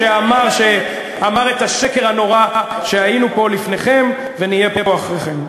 שאמר את השקר הנורא ש"היינו פה לפניכם ונהיה פה אחריכם".